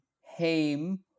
haim